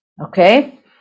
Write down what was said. okay